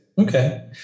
okay